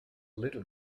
little